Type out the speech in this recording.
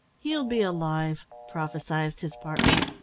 he'll be alive, prophesied his partner,